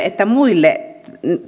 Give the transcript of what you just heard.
että muille